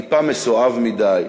טיפה מסואב מדי,